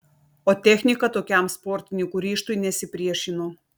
o technika tokiam sportininkų ryžtui nesipriešino